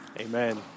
Amen